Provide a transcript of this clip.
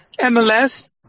MLS